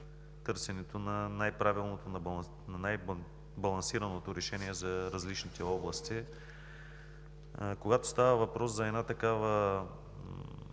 търсенето на най-балансираното решение за различните области. Когато става въпрос за една толкова